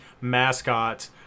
mascot